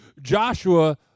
Joshua